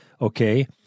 Okay